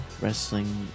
wrestling